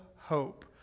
hope